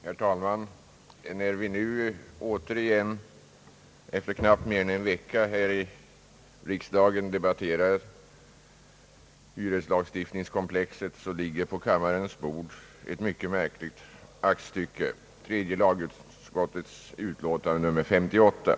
Herr talman! När vi nu återigen efter knappt mer än en vecka här i riksdagen debatterar hyreslagstiftningskomkomplexet, ligger på riksdagens bord ett mycket märkligt aktstycke, tredje lagutskottets utlåtande nr 58.